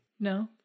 No